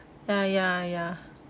ya ya ya